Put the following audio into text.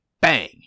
bang